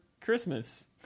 Christmas